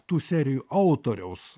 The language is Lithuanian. tų serijų autoriaus